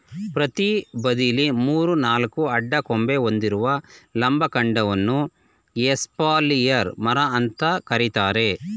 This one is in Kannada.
ಪ್ರತಿ ಬದಿಲಿ ಮೂರು ನಾಲ್ಕು ಅಡ್ಡ ಕೊಂಬೆ ಹೊಂದಿರುವ ಲಂಬ ಕಾಂಡವನ್ನ ಎಸ್ಪಾಲಿಯರ್ ಮರ ಅಂತಾರೆ